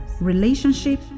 relationship